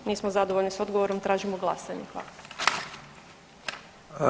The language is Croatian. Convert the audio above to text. Nismo zadovoljni s odgovorom, tražimo glasanje.